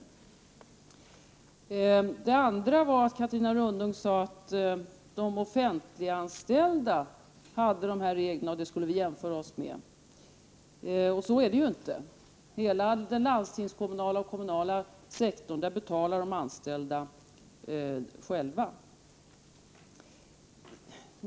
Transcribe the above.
Den andra missuppfattningen kom till uttryck när Catarina Rönnung sade att motsvarande regler gäller för de offentligt anställda och att vi skall jämföra oss med dem. Men så är det inte. På hela den kommunala och landstingskommunala sektorn betalar de anställda själva sina hälsooch sjukvårdsförmåner.